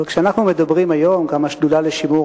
אבל כשאנחנו מדברים היום על אתרים,